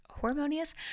harmonious